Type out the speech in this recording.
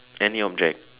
any object